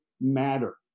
matter